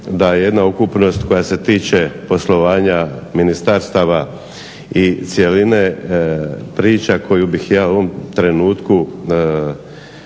da jedna ukupnost koja se tiče poslovanja ministarstava i cjeline priča koju bih ja u ovom trenutku